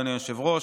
אדוני היושב-ראש,